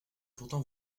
pourtant